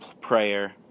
prayer